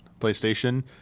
PlayStation